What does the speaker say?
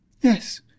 Yes